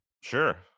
sure